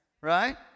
Right